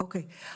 אוקי.